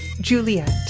Juliet